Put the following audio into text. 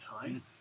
time